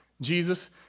Jesus